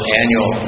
annual